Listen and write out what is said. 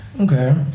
Okay